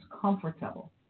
comfortable